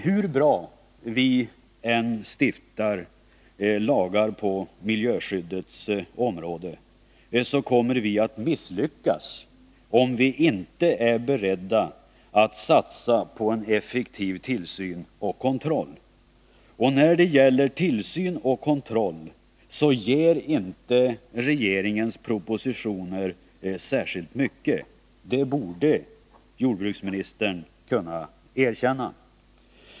Hur bra lagar vi än stiftar på miljöskyddets område så kommer vi att misslyckas om vi inte är beredda att satsa på en effektiv tillsyn och kontroll. Och när det gäller tillsyn och kontroll så ger regeringens propositioner inte särskilt mycket. Det borde jordbruksministern kunna erkänna.